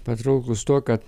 patrauklūs tuo kad